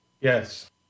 Yes